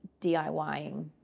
DIYing